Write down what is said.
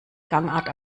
gangart